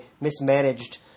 mismanaged